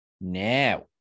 Now